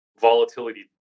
volatility